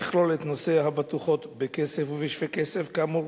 יכלול את נושא הבטוחות בכסף ובשווה כסף, כאמור